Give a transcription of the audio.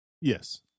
Yes